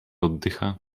oddycha